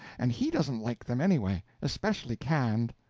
and he doesn't like them, anyway especially canned.